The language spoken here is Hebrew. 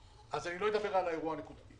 שהתחילה כבר ונעצרה.